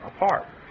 apart